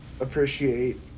appreciate